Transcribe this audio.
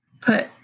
put